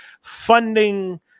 funding